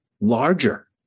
larger